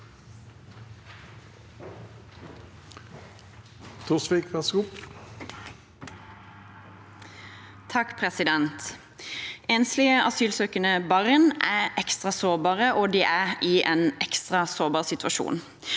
Enslige asylsøkende barn er ekstra sårbare, og de er i en ekstra sårbar situasjon.